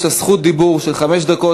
יש לה זכות דיבור של חמש דקות,